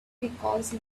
because